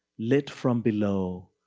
lit from below,